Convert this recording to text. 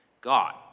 God